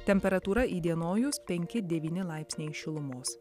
temperatūra įdienojus penki devyni laipsniai šilumos